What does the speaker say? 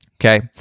Okay